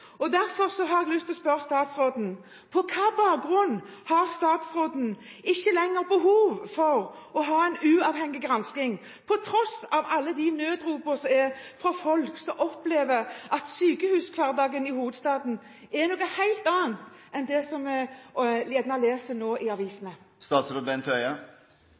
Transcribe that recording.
har jeg lyst til å spørre statsråden: På hvilken bakgrunn ser statsråden ikke lenger behov for å ha en uavhengig gransking, på tross av alle nødropene fra folk som opplever at sykehushverdagen i hovedstaden er noe helt annet enn det vi gjerne leser i avisene?